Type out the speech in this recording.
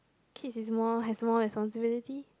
kids is more has more responsibility